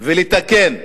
ולתקן.